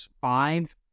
five